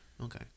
Okay